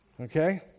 Okay